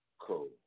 Cool